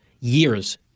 years